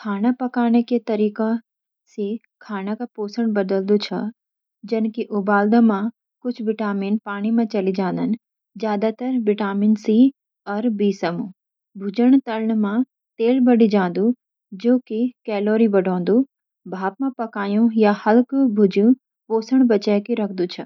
खाना पकाने के तरीकों से खाने का पोषण बदल्दो छ। जन की, उबाल्दो मा कुछ विटामिन पानी मा चली जांदन, ज्यादातर विटामिन सी और बी समूह। भूज्जण-तलण मा तेल बढ़ि जांदो, जो कि कैलोरी बढ़ौंदो। भाप मा पकायू या हल्को भूज्जूं पोषण बचय की रखदु छ।